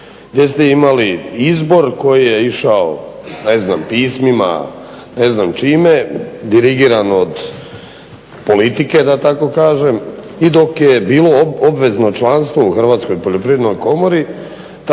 gdje ste imali izbor koji je išao, ne znam pismima, ne znam čime dirigiran od politike da tako kažem. I dok je bilo obvezno članstvo u Hrvatskoj poljoprivrednoj komori